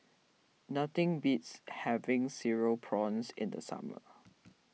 nothing beats having Cereal Prawns in the summer